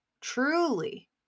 truly